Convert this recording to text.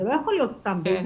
זה לא יכול להיות סתם בייביסיטר.